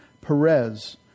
Perez